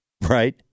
right